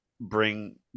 bring